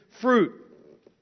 fruit